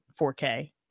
4k